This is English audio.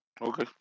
Okay